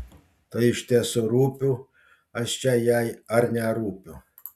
tai iš tiesų rūpiu aš čia jai ar nerūpiu